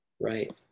right